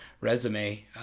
resume